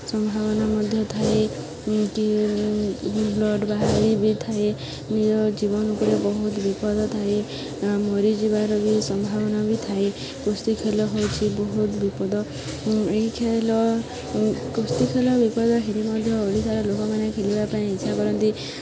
ସମ୍ଭାବନା ମଧ୍ୟ ଥାଏ କି ବ୍ଲଡ଼୍ ବାହାରହାରି ବି ଥାଏ ନିଜ ଜୀବନ ଉପରେ ବହୁତ ବିପଦ ଥାଏ ମରିଯିବାର ବି ସମ୍ଭାବନା ବି ଥାଏ କୁସ୍ତି ଖେଳ ହେଉଛିି ବହୁତ ବିପଦ ଏହି ଖେଳ କୁସ୍ତି ଖେଳ ବିପଦ ହେଲେ ମଧ୍ୟ ଓଡ଼ିଶାର ଲୋକମାନେ ଖେଳିବା ପାଇଁ ଇଚ୍ଛା କରନ୍ତି